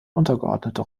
untergeordnete